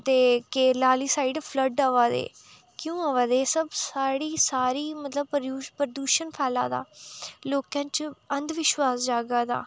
ते केरला आह्ली side flood आवा दे क्यों आवा दे सब साढ़ी सारी मतलब पर प्रदूषण फैला दा लोकें च अंधविश्वास जागा दा